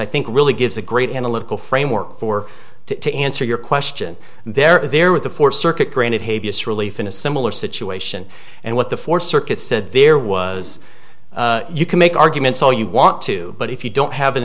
i think really gives a great analytical framework for to answer your question there are there with the fourth circuit granted habeas relief in a similar situation and what the fourth circuit said there was you can make arguments all you want to but if you don't have an